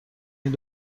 این